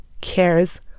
cares